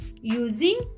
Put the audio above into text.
using